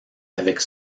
avec